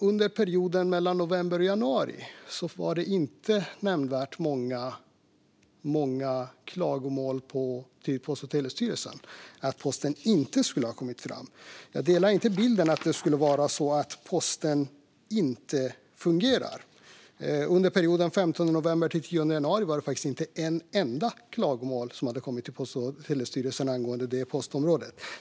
Under perioden november-januari var det inte nämnvärt många klagomål till Post och telestyrelsen om att posten inte skulle ha kommit fram. Jag instämmer inte i bilden att posten inte fungerar. Under perioden den 15 november-10 januari var det faktiskt inte ett enda klagomål som hade kommit till Post och telestyrelsen angående det postområdet.